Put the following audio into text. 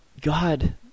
God